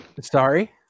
sorry